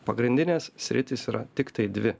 pagrindinės sritys yra tiktai dvi